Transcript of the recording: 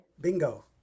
Bingo